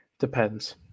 Depends